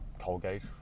Colgate